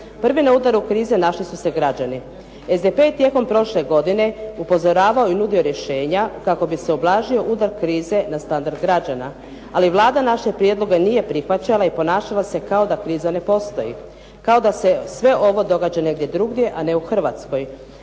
Prvi na udaru krize našli su se građani. SDP je tijekom prošle godine upozoravao i nudio rješenja kako bi se ublažio udar krize na standard građana, ali Vlada naše prijedloge nije prihvaćala i ponašala se kao da kriza ne postoji, kao da se sve ovo događa negdje drugdje, a ne u Hrvatskoj.